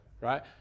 Right